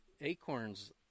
acorns